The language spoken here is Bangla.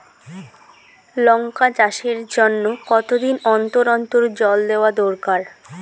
লঙ্কা চাষের জন্যে কতদিন অন্তর অন্তর জল দেওয়া দরকার?